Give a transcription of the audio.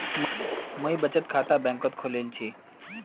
मुई बचत खाता बैंक़त खोलील छि